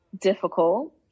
difficult